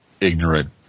ignorant